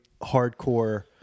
hardcore